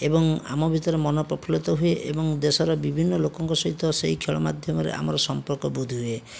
ଏବଂ ଆମ ଭିତରେ ମନ ପ୍ରଫୁଲ୍ଲିତ ହୁଏ ଏବଂ ଦେଶର ବିଭିନ୍ନ ଲୋକଙ୍କ ସହିତ ସେଇ ଖେଳ ମାଧ୍ୟମରେ ଆମର ସମ୍ପର୍କ ବୃଦ୍ଧି ହୁଏ